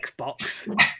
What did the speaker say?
Xbox